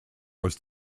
was